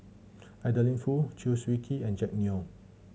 Adeline Foo Chew Swee Kee and Jack Neo